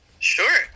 Sure